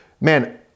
Man